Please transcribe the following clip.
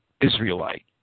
Israelite